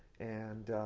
and,